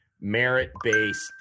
merit-based